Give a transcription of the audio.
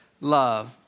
Love